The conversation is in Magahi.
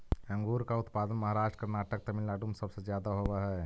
अंगूर का उत्पादन महाराष्ट्र, कर्नाटक, तमिलनाडु में सबसे ज्यादा होवअ हई